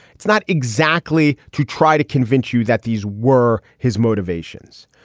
it's not exactly to try to convince you that these were his motivations.